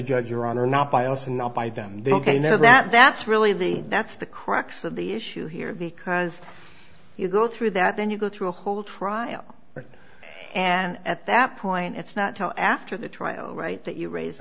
honor not by us and not by them look i know that that's really that's the crux of the issue here because you go through that then you go through a whole trial and at that point it's not till after the trial right that you raised